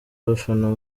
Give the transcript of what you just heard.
abafana